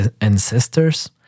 ancestors